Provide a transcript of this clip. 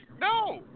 No